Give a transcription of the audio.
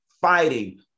fighting